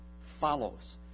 follows